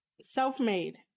self-made